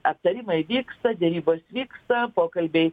aptarimai vyksta derybos vyksta pokalbiai